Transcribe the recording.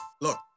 Look